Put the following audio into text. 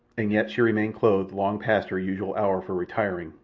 and yet she remained clothed long past her usual hour for retiring,